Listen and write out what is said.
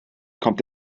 kommt